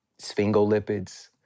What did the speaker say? Sphingolipids